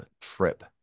trip